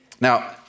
Now